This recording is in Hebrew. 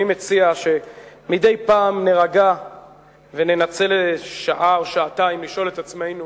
אני מציע שמדי פעם נירגע וננצל שעה או שעתיים לשאול את עצמנו